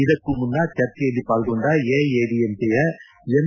ಇದಕ್ಕೂ ಮುನ್ನ ಚರ್ಚೆಯಲ್ಲಿ ಪಾಲ್ಗೊಂಡ ಎಐಎಡಿಎಮ್ಕೆಯ ಎಂ